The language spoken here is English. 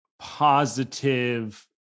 positive